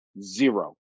Zero